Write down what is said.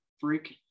freak